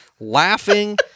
laughing